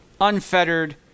unfettered